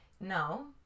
no